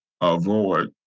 avoid